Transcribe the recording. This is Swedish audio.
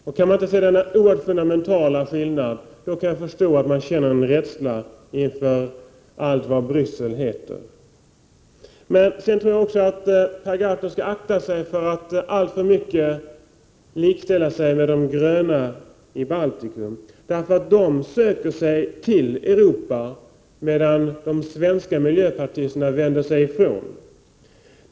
Om man inte kan se denna fundamentala skillnad, är det förståeligt att man känner en rädsla inför allt vad Bryssel heter. Sedan tror jag också att Per Gahrton skall akta sig för att alltför mycket likställa sig med de gröna i Baltikum. De söker sig nämligen till Europa, medan de svenska miljöpartisterna vänder sig ifrån.